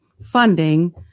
funding